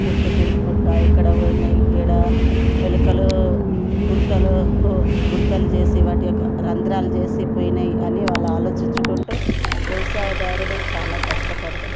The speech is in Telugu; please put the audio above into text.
చుట్టూ తిరుగుకుంటూ ఎక్కడ పోయినా ఎక్కడ ఎలుకలు గుంతలు గుంతలు చేసి వాటియొక్క రంధ్రాలు చేసి పోయినాయి అని వాళ్ళు ఆలోచించుకుంటూ వ్యవసాయదారుడు చాలా కష్టపడతాడు